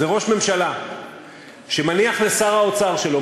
זה ראש ממשלה שמניח לשר האוצר שלו,